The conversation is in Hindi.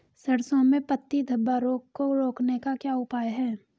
सरसों में पत्ती धब्बा रोग को रोकने का क्या उपाय है?